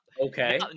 Okay